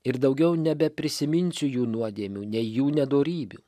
ir daugiau nebeprisiminsiu jų nuodėmių nei jų nedorybių